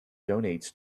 donates